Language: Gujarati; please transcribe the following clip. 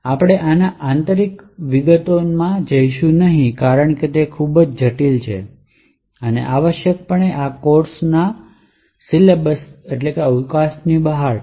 આપણે આના આંતરિક વિશેની વિગતોમાં જઈશું નહીં કારણ કે તે ખૂબ જટિલ છે અને આવશ્યકપણે આ કોર્સની અવકાશની બહાર છે